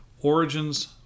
origins